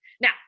now